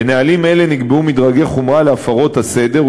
בנהלים אלה נקבעו מדרגי חומרה להפרות הסדר,